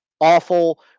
awful